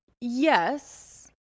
Yes